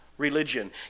Religion